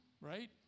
right